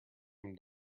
him